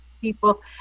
people